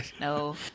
No